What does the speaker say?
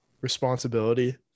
responsibility